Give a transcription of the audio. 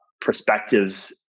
perspectives